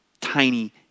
tiny